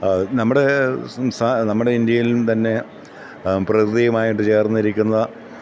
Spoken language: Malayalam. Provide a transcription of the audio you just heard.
നമ്മുടെ നമ്മുടെ ഇന്ത്യയിലും തന്നെ പ്രകൃതിയുമായിട്ട് ചേർന്നിരിക്കുന്ന